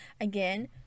again